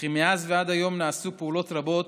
וכי מאז ועד היום נעשו פעולות רבות,